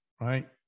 right